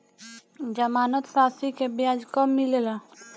जमानद राशी के ब्याज कब मिले ला?